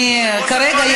לא קראתי אותך.,